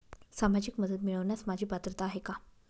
सामाजिक मदत मिळवण्यास माझी पात्रता आहे का?